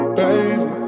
baby